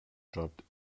dropped